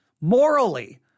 morally